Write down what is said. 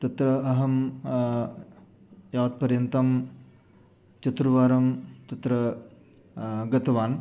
तत्र अहं यावत्पर्यन्तं चतुर्वारं तत्र गतवान्